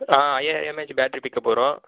ஆ ஐயாயிரம் mAh battery pickup வரும்